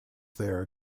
there